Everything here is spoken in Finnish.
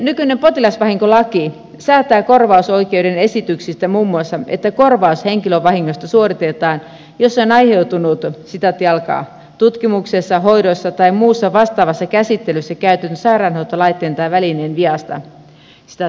nykyinen potilasvahinkolaki säätää korvausoikeuden edellytyksistä muun muassa että korvaus henkilövahingosta suoritetaan jos se on aiheutunut tutkimuksessa hoidossa tai muussa vastaavassa käsittelyssä käytetyn sairaanhoitolaitteen tai välineen viasta